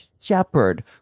shepherd